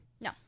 No